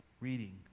reading